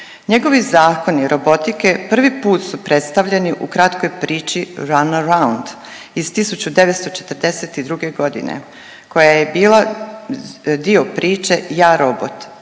Njegovi zakoni robotike prvi put su predstavljeni u kratkoj priči Runaround iz 1942 godine koja je bila dio priče Ja robot.